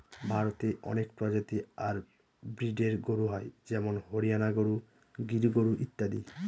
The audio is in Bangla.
ভারতে অনেক প্রজাতি আর ব্রিডের গরু হয় যেমন হরিয়ানা গরু, গির গরু ইত্যাদি